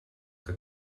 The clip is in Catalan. que